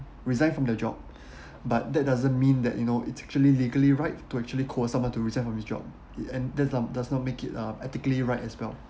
resign from their job but that doesn't mean that you know it's actually legally right to actually coerce someone to resign from his job it and does not make it uh ethically right as well